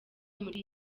muri